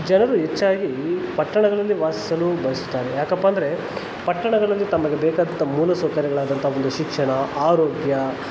ಜನರು ಹೆಚ್ಚಾಗಿ ಪಟ್ಟಣಗಳಲ್ಲಿ ವಾಸಿಸಲು ಬಯಸುತ್ತಾರೆ ಯಾಕಪ್ಪಾಂದರೆ ಪಟ್ಟಣಗಳಲ್ಲಿ ತಮಗೆ ಬೇಕಾದಂಥ ಮೂಲ ಸೌಕರ್ಯಗಳಾದಂಥ ಒಂದು ಶಿಕ್ಷಣ ಆರೋಗ್ಯ